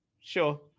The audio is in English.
Sure